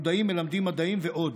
עתודאים מלמדים מדעים ועוד.